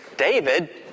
David